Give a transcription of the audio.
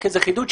רק חידוד,